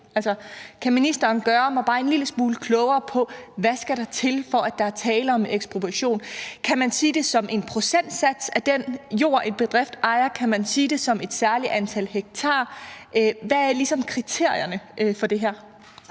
kan ministeren gøre mig bare en lille smule klogere på, hvad der skal til, for at der er tale om ekspropriation: Kan man sige det som en procentsats af den jord, en bedrift ejer, eller kan man sige det som et særligt antal hektar? Hvad er kriterierne ligesom for det her?